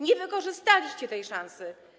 Nie wykorzystaliście tej szansy.